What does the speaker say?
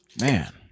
Man